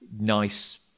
nice